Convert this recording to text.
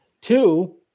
Two